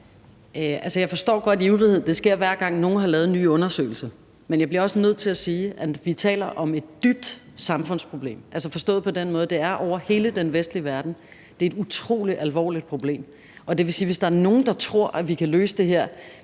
forstår godt ivrigheden. Det sker, hver gang nogen har lavet en ny undersøgelse. Men jeg bliver også nødt til at sige, at vi taler om et dybt samfundsproblem, altså forstået på den måde, at det er over hele den vestlige verden. Det er et utrolig alvorligt problem. Det vil sige, at hvis der er nogen, der tror, at vi kan løse det her